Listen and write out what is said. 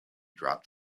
dropped